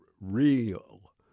real